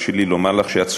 הרשי לי לומר לך שאת צודקת,